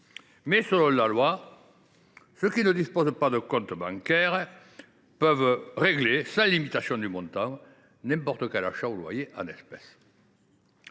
Selon la loi, ceux qui ne disposent pas de compte bancaire peuvent, en revanche, régler sans limitation de montant n’importe quel achat ou loyer en espèces.